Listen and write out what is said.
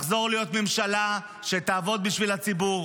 תחזור להיות ממשלה שתעבוד בשביל הציבור